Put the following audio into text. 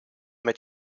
met